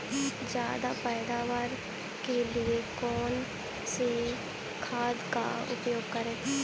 ज्यादा पैदावार के लिए कौन सी खाद का प्रयोग करें?